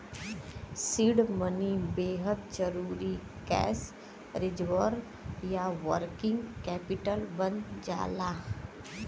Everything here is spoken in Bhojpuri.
सीड मनी बेहद जरुरी कैश रिजर्व या वर्किंग कैपिटल बन जाला